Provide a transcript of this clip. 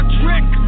trick